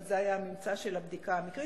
אבל זה היה הממצא של הבדיקה המקרית.